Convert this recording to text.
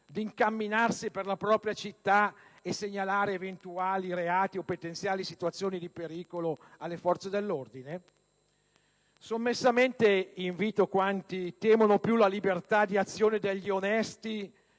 incamminarsi per la propria città e segnalare eventuali reati o potenziali situazioni di pericolo alle forze dell'ordine? Sommessamente, invito quanti temono più la libertà di azione degli onesti